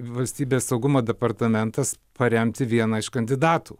valstybės saugumo departamentas paremti vieną iš kandidatų